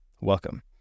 Welcome